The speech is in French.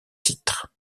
titre